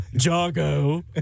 Jago